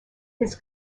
his